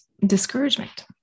discouragement